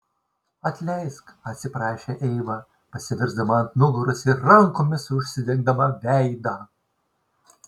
atleisk atsiprašė eiva pasiversdama ant nugaros ir rankomis užsidengdama veidą